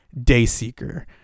Dayseeker